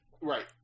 right